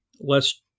less